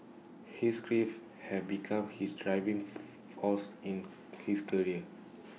his grief had become his driving force in his career